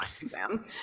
exam